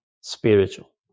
spiritual